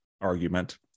argument